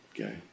okay